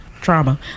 Trauma